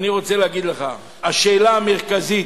אני רוצה להגיד לך, השאלה המרכזית